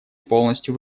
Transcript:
полностью